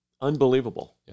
Unbelievable